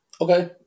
Okay